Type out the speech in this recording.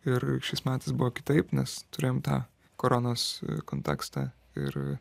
ir šiais metais buvo kitaip nes turėjom tą koronos kontekstą ir